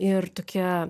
ir tokia